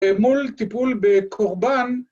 ‫מול טיפול בקורבן.